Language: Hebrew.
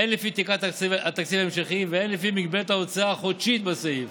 הן לפי תקרת התקציב ההמשכי והן לפי מגבלת ההוצאה החודשית בסעיף.